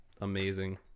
amazing